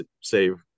save